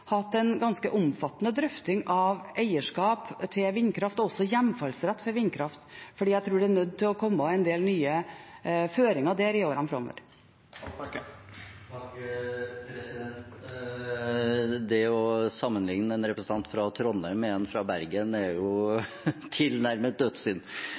hatt en ganske omfattende drøfting av eierskap til vindkraft og også hjemfallsrett for vindkraft, for jeg tror at det er nødt til å komme en del nye føringer der i årene framover. Det å sammenlikne en representant fra Trondheim og en fra Bergen er jo